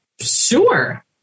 sure